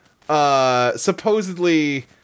supposedly